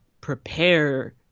prepare